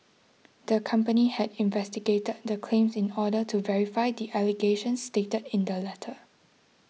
the company had investigated the claims in order to verify the allegations stated in the letter